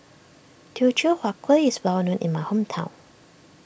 Teochew Huat Kueh is well known in my hometown